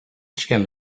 shall